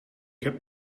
heb